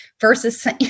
versus